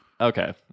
okay